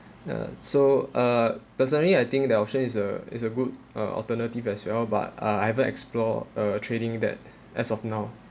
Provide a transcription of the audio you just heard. ya so uh personally I think that option is a is a good uh alternative as well but uh I haven't explore a trading that as of now